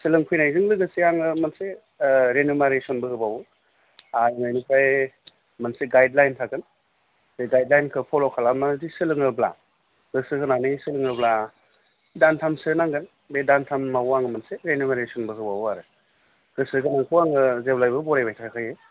सोलोंफैनायजों लोगोसे आङो मोनसे रेनुमारिसनबो होबावो आरो बेनिफ्राय मोनसे गाइदलायन थागोन गायदलाइनखौ फल' खालामनानैसो सोलोङोब्ला गोसो होनानै सोलोङोब्ला दानथामसो नांगोन बे दानथामाव आं मोनसे रेनुमारिसनबो होबावो आरो गोसो गोनांखौ आङो जेब्लायबो बरायबाय थाखायो